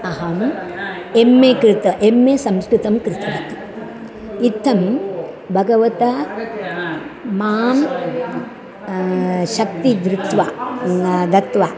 अहम् एम्मे कृतम् एम्मे संस्कृतं कृतवती इति भगवता माम् शक्तिं दत्वा दत्वा